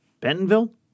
Bentonville